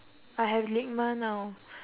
I have LIGMA now